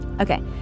Okay